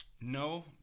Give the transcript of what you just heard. no